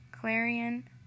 Clarion